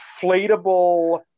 inflatable